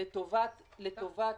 תזכיר.